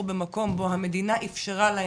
בבקשה שם, תפקיד לפרוטוקול.